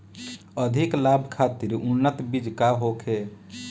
अधिक लाभ खातिर उन्नत बीज का होखे?